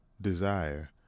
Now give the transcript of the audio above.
desire